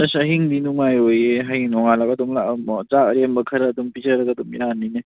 ꯑꯁ ꯑꯍꯤꯡꯗꯤ ꯅꯨꯡꯉꯥꯏꯔꯣꯏꯌꯦ ꯍꯌꯦꯡ ꯅꯣꯡꯉꯥꯜꯂꯒ ꯑꯗꯨꯝ ꯂꯥꯛꯑꯝꯃꯣ ꯆꯥꯛ ꯑꯔꯦꯝꯕ ꯈꯔ ꯑꯗꯨꯝ ꯄꯤꯖꯔꯒ ꯑꯗꯨꯝ ꯌꯥꯅꯤꯅꯦ